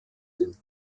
den